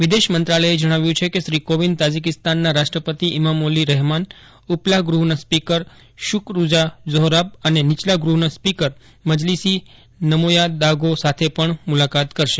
વિદેશ મંત્રાલયે જણાવ્યું છે કે શ્રી કોવિંદ તાઝીકિસ્તાનના રાષ્ટ્રપતિ ઈમામોલી રહેમાન ઉપલાગ્રહના સ્પીકર શૂકરૂજા ઝોહરાબ અને નીચા ગૃહના સ્પીકરમઝલીસી નમોયાદાગો સાથે પણ મુલાકાત કરશે